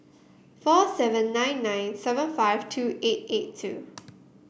four seven nine nine seven five two eight eight two